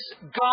God